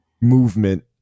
movement